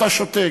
ואתה שותק.